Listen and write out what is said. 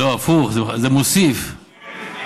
זה מרוקן אותה